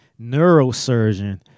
neurosurgeon